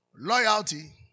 Loyalty